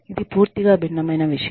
ఇది పూర్తిగా భిన్నమైన విషయం